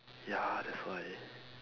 ya that's why